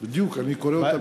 בדיוק אני קורא אותה.